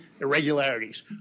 irregularities